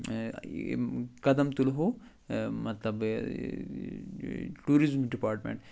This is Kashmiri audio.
قدم تُلہَو مطلب ٹوٗرِزِم ڈِپاٹمنٛٹ